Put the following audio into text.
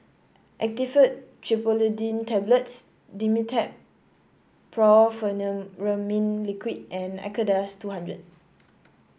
Actifed Triprolidine Tablets Dimetapp Brompheniramine Liquid and Acardust two hundred